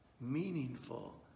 meaningful